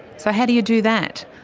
so how do you do that?